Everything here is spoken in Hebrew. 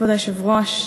כבוד היושב-ראש,